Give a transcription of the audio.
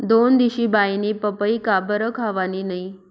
दोनदिशी बाईनी पपई काबरं खावानी नै